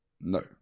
No